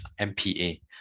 MPA